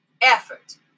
effort